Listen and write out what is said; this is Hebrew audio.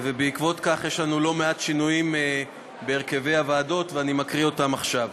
בעקבות כך יש לנו לא מעט שינויים בהרכבי הוועדות ואני מקריא אותם עכשיו.